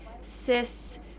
cis